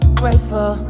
grateful